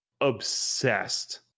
obsessed